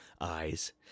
eyes